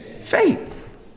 Faith